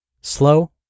Slow